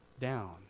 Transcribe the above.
down